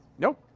nope.